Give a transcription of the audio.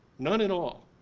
none at all.